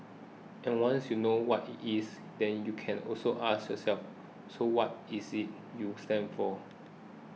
and once you know what it is then you can also ask yourself so what is it you stand for